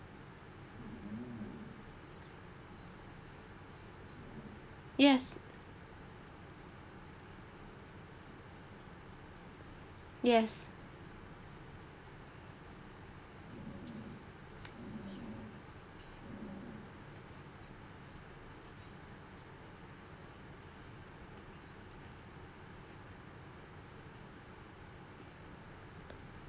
yes yes